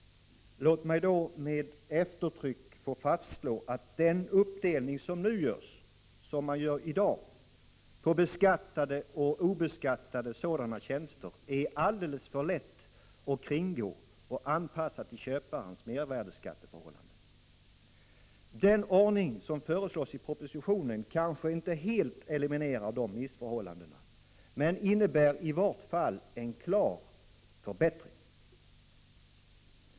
Låt mig då med eftertryck få fastslå, att den uppdelning som nu görs på beskattade och obeskattade sådana tjänster är alldeles för lätt att kringgå och anpassa till köparens mervärdeskatteförhållanden. Den ordning som föreslås i propositionen kanske inte helt eliminerar dessa missförhållanden men innebär i vart fall en klar förbättring.